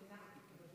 תודה רבה, תודה, אדוני.